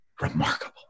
remarkable